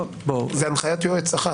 זאת הנחית יועץ אחת?